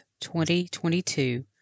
2022